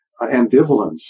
ambivalence